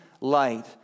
light